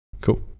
cool